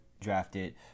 drafted